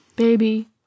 Baby